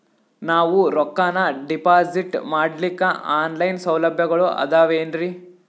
ನಾವು ರೊಕ್ಕನಾ ಡಿಪಾಜಿಟ್ ಮಾಡ್ಲಿಕ್ಕ ಆನ್ ಲೈನ್ ಸೌಲಭ್ಯಗಳು ಆದಾವೇನ್ರಿ?